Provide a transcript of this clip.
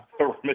Mr